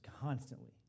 constantly